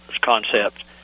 concept